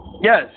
Yes